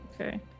Okay